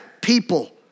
People